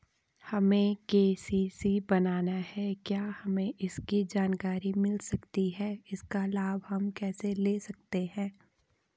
हमें के.सी.सी बनाना है क्या हमें इसकी जानकारी मिल सकती है इसका लाभ हम कैसे ले सकते हैं?